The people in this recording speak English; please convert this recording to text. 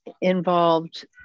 involved